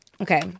Okay